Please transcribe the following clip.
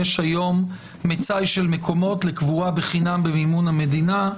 יש היום מצאי של מקומות לקבורה בחינם במימון המדינה.